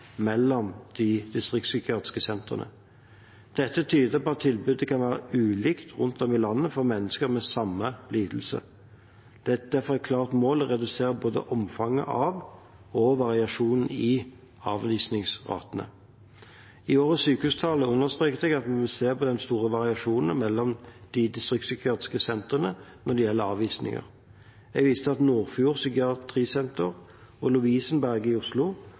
mellom de distriktspsykiatriske sentrene. Dette tyder på at tilbudet kan være ulikt rundt om i landet for mennesker med samme lidelser. Det er derfor et klart mål å redusere både omfanget av og variasjonen i avvisningsratene. I årets sykehustale understreket jeg at vi vil se på de store variasjonene mellom de distriktspsykiatriske sentrene når det gjelder avvisninger. Jeg viste til at Nordfjord psykiatrisenter og Lovisenberg sykehus i Oslo